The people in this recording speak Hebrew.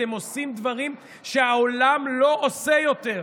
אתם עושים דברים שהעולם לא עושה יותר.